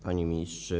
Panie Ministrze!